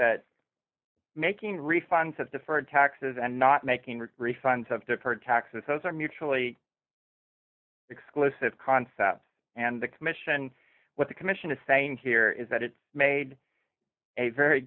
that making refunds of deferred taxes and not making refunds of deferred taxes those are mutually exclusive concepts and the commission what the commission is saying here is that it made a very